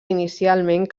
inicialment